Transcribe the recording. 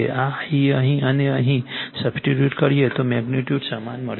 આ Ia અહીં અને અહીં સબસ્ટિટ્યૂટ કરીએ તો મેગ્નિટ્યુડ સમાન મળશે